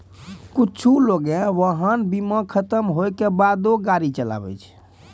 कुछु लोगें वाहन बीमा खतम होय के बादो गाड़ी चलाबै छै